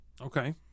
Okay